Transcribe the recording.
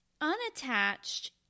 unattached